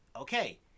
okay